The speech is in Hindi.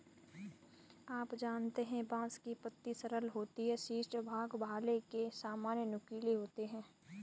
आप जानते है बांस की पत्तियां सरल होती है शीर्ष भाग भाले के सामान नुकीले होते है